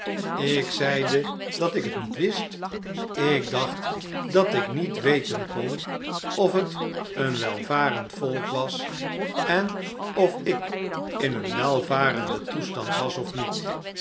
ik zeide dat ik het niet wist ik dacht dat ik niet weten kon of het een welvarend volk was en of ik in een welvarenden toestand was of niet